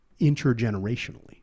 intergenerationally